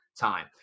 time